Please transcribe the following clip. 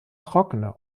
trockene